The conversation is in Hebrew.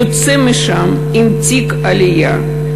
יוצא משם עם תיק עלייה,